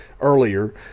earlier